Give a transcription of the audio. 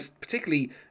particularly